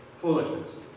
Foolishness